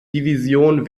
division